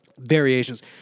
variations